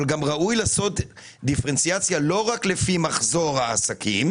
אבל גם ראוי לעשות דיפרנציאציה לא רק לפי מחזור העסקים